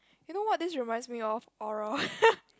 you know what this reminds me of oral